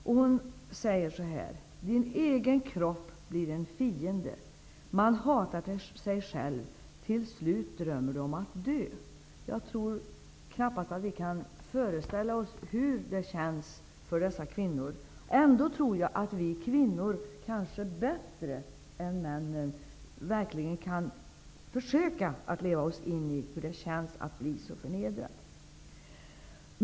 Kvinnan säger så här: ''Din egen kropp blir en fiende. Man hatar sig själv. Till slut drömmer du om att dö.'' Vi kan knappast föreställa oss hur det känns för dessa kvinnor. Ändå tror jag att vi kvinnor kanske bättre än männen verkligen kan försöka leva oss in i hur det känns att bli så förnedrad.